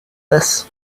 this